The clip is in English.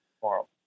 tomorrow